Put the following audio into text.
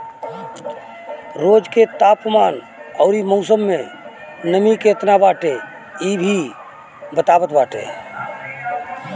रोज के तापमान अउरी मौसम में नमी केतना बाटे इ भी बतावत बाटे